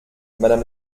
madame